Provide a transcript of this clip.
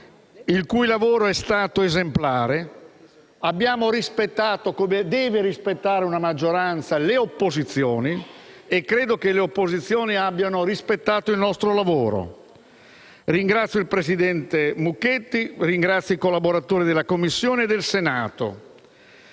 il cui lavoro è stato esemplare. Abbiamo rispettato le opposizioni, come deve fare una maggioranza, e credo che le opposizioni abbiano rispettato il nostro lavoro. Ringrazio il presidente Mucchetti e i collaboratori della Commissione e del Senato.